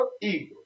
Eagle